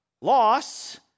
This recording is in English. loss